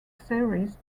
series